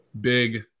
big